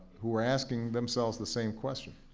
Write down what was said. who were asking themselves the same question.